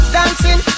Dancing